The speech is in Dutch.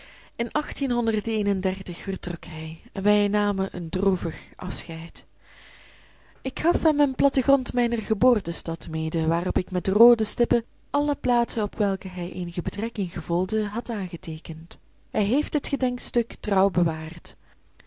in vertrok hij en wij namen een droevig afscheid ik gaf hem een plattegrond mijner geboortestad mede waarop ik met roode stippen alle plaatsen op welke hij eenige betrekking gevoelde had aangeteekend hij heeft dit gedenkstuk trouw bewaard